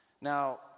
Now